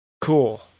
Cool